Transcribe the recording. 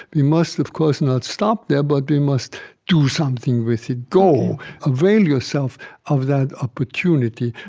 we must, of course, not stop there, but we must do something with it go. avail yourself of that opportunity.